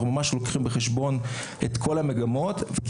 אנחנו ממש לוקחים בחשבון את כל המגמות כי